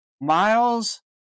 Miles